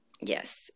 Yes